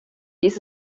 dies